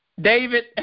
David